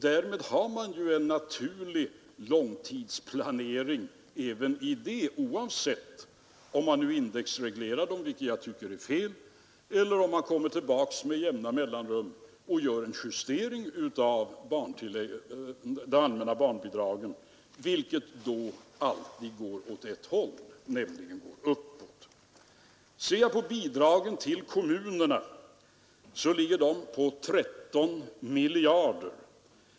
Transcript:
Därmed skulle man få en naturlig långtidsplanering även i detta avseende, oavsett om man nu indexreglerar dem — vilket jag tycker är fel — eller kommer tillbaks med jämna mellanrum och gör en justering av de allmänna bidragen, vilken då alltid går åt samma håll, nämligen uppåt. Bidragen till kommunerna uppgår till 13 miljarder kronor.